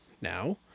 now